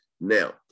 Now